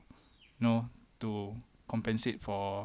you know to compensate for